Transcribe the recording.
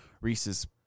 Reese's